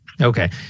okay